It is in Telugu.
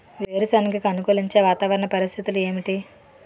వేరుసెనగ కి అనుకూలించే వాతావరణ పరిస్థితులు ఏమిటి?